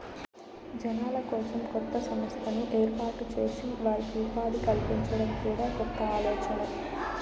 జనాల కోసం కొత్త సంస్థను ఏర్పాటు చేసి వారికి ఉపాధి కల్పించడం కూడా కొత్త ఆలోచనే